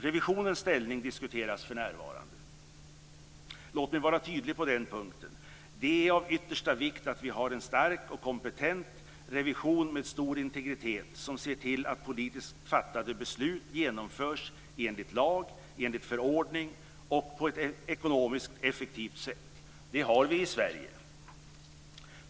Revisionens ställning diskuteras för närvarande. Låt mig vara tydlig på den punkten. Det är av yttersta vikt att vi har en stark och kompetent revision med stor integritet som ser till att politiskt fattade beslut genomförs enligt lag och förordning och på ett ekonomiskt effektivt sätt. Det har vi i Sverige.